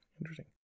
Interesting